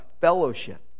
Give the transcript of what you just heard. fellowship